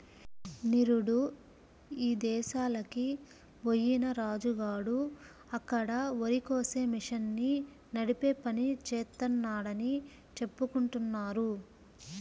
నిరుడు ఇదేశాలకి బొయ్యిన రాజు గాడు అక్కడ వరికోసే మిషన్ని నడిపే పని జేత్తన్నాడని చెప్పుకుంటున్నారు